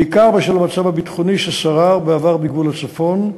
בעיקר בשל המצב הביטחוני ששרר בעבר בגבול הצפון,